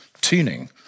tuning